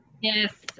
Yes